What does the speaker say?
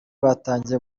batangiye